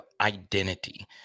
identity